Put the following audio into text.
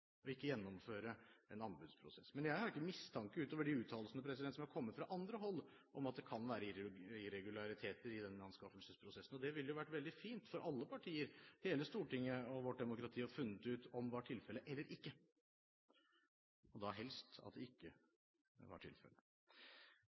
og ikke gjennomføre en anbudsprosess. Men jeg har ikke mistanke utover de uttalelsene som er kommet fra andre hold, om at det kan være irregulariteter i denne anskaffelsesprosessen. Det ville jo vært veldig fint for alle partier, hele Stortinget og vårt demokrati å finne ut om det var tilfellet eller ikke – og da helst at det ikke